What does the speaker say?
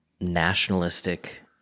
nationalistic-